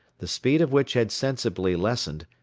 the speed of which had sensibly lessened,